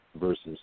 Versus